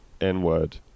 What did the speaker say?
N-word